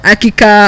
Akika